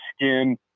skin